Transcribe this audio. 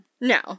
No